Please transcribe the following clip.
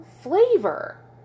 flavor